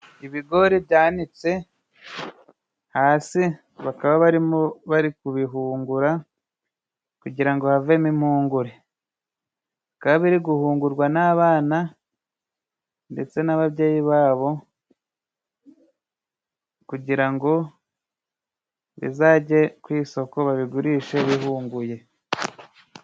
Ibigori byanitse hasi, bakaba barimo bari kubihungura, kugira ngo havemo impungure. Bikaba biri guhungurwa n'abana ndetse n'ababyeyi ba bo, kugira ngo bizajye ku isoko babigurishe bihunguye.